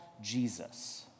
Jesus